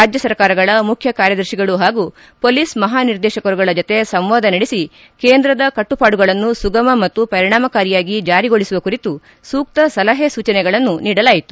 ರಾಜ್ಞ ಸರ್ಕಾರಗಳ ಮುಖ್ಯ ಕಾರ್ಯದರ್ತಿಗಳು ಹಾಗೂ ಹೊಲೀಸ್ ಮಹಾನಿರ್ದೇತಕರುಗಳ ಜತೆ ಸಂವಾದ ನಡೆಸಿ ಕೇಂದ್ರದ ಕಟ್ಲಪಾಡುಗಳನ್ನು ಸುಗಮ ಮತ್ತು ಪರಿಣಾಮಕಾರಿಯಾಗಿ ಜಾರಿಗೊಳಿಸುವ ಕುರಿತು ಸೂಕ್ತ ಸಲಹೆ ಸೂಚನೆಗಳನ್ನು ನೀಡಿದರು